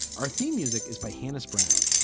our theme music is by hannis brown.